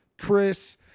Chris